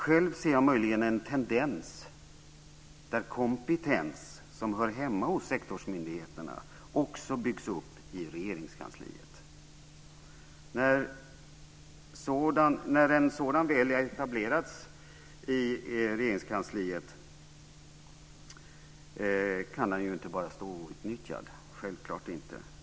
Själv ser jag möjligen en tendens där kompetens som hör hemma hos sektorsmyndigheterna också byggs upp i Regeringskansliet. När en sådan väl har etablerats i Regeringskansliet kan den självklart inte bara stå outnyttjad.